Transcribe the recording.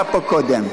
הוא היה פה קודם.